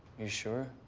you sure?